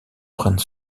prenne